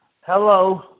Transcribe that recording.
Hello